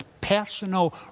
personal